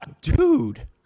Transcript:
dude